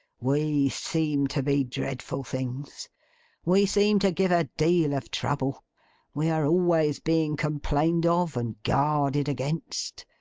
we seem to be dreadful things we seem to give a deal of trouble we are always being complained of and guarded against.